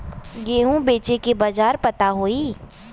गेहूँ बेचे के बाजार पता होई?